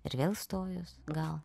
ir vėl stojus gal